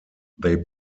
they